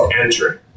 entering